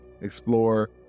explore